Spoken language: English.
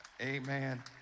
Amen